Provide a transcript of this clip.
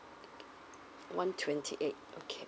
one twenty eight okay